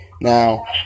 Now